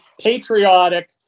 patriotic